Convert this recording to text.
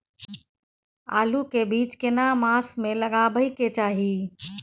आलू के बीज केना मास में लगाबै के चाही?